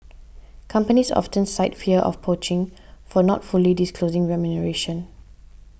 companies often cite fear of poaching for not fully disclosing remuneration